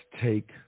take